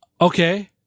Okay